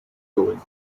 going